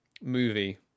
movie